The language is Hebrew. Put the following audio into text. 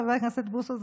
חבר הכנסת בוסו?